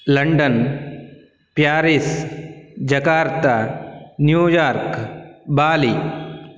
London Paris Jakarta New York Bali